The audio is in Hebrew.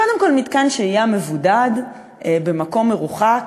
קודם כול, מתקן שהייה מבודד, במקום מרוחק,